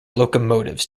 locomotives